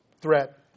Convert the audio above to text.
threat